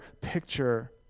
picture